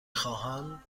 خواهمم